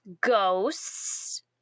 ghosts